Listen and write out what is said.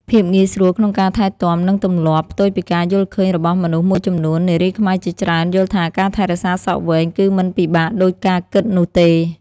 ភាពងាយស្រួលក្នុងការថែទាំ និងទម្លាប់ ផ្ទុយពីការយល់ឃើញរបស់មនុស្សមួយចំនួន នារីខ្មែរជាច្រើនយល់ថាការថែរក្សាសក់វែងគឺមិនពិបាកដូចការគិតនោះទេ។